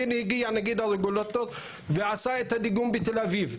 והנה הגיעה נגיד הרגולטור ועשה את הדיגום בתל אביב,